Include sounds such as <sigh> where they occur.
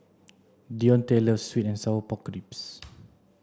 Dionte loves sweet and sour pork ribs <noise>